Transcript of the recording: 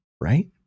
right